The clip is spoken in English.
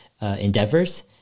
endeavors